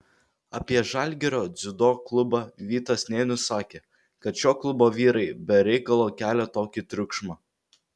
apie žalgirio dziudo klubą vytas nėnius sakė kad šio klubo vyrai be reikalo kelia tokį triukšmą